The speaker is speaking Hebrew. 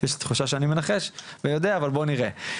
יש לי תחושה שאני מנחש ויודע, אבל בואו נראה.